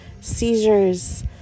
seizures